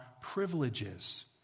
privileges